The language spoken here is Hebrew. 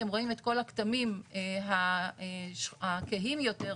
אתם רואים את כל הכתמים הכהים יותר,